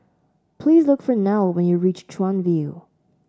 please look for Nelle when you reach Chuan View